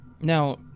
Now